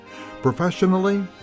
Professionally